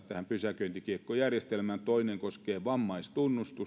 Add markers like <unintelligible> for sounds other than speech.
<unintelligible> tähän pysäköintikiekkojärjestelmään toinen koskee vammaistunnuksia <unintelligible>